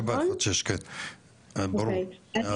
716 ברור.